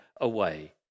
away